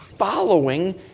Following